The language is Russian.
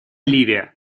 ливия